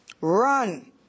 run